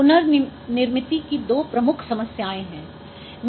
पुनार्निर्मिति के दो मुख्य समस्याएं हैं